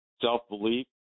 self-belief